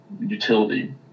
utility